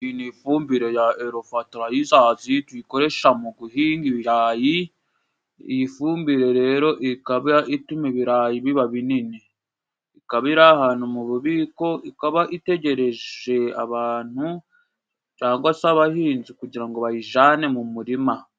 Iyi ni ifumbire ya erovatarayizazi tuyikoresha mu guhinga ibirayi, iyi fumbire rero ikaba ituma ibirayi biba binini, ikaba iri ahantu mu bubiko, ikaba itegereje abantu cangwa se abahinzi kugira ngo bayijane mu murima.